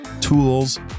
tools